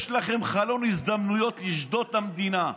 יש לכם חלון הזדמנויות לשדוד את המדינה.